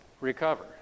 recover